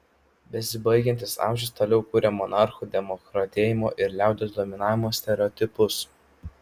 besibaigiantis amžius toliau kuria monarchų demokratėjimo ir liaudies dominavimo stereotipus